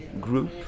group